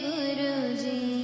Guruji